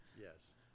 Yes